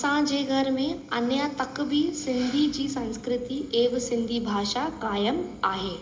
असांजे घर में अञा तक बि सिंधी जी संस्कृति एव सिंधी भाषा कायम आहे